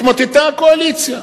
התמוטטה הקואליציה,